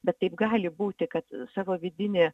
bet taip gali būti kad savo vidinį